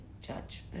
judgment